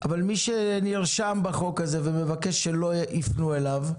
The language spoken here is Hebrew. אבל מי שנרשם בחוק הזה ומבקש שלא יפנו אליו,